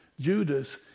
Judas